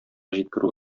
җиткерү